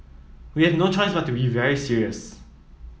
we have no choice but to be very serious